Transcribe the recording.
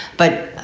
but,